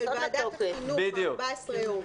ועדת החינוך ל-14 ימים.